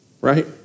Right